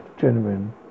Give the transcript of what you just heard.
genuine